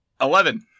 Eleven